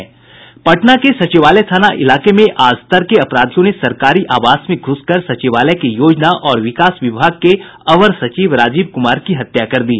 पटना के सचिवालय थाना इलाके में आज तड़के अपराधियों ने सरकारी आवास में घूस कर सचिवालय के योजना और विकास विभाग के अवर सचिव राजीव कुमार की हत्या कर दी